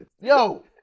Yo